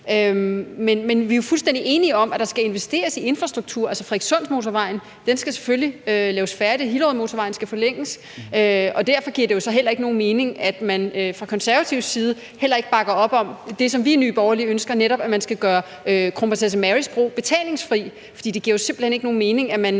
Men vi er fuldstændig enige om, at der skal investeres i infrastruktur. Altså, Frederikssundmotorvejen skal selvfølgelig laves færdig, og Hillerødmotorvejen skal forlænges. Og derfor giver det jo så heller ikke nogen mening, at man fra konservativ side ikke bakker op om det, som vi i Nye Borgerlige ønsker, netop at man skal gøre Kronprinsesse Marys Bro betalingsfri, for det giver simpelt hen ikke nogen mening, at man